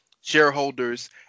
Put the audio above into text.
shareholders